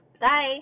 Bye